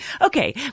Okay